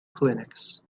clinics